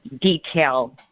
detail